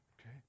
Okay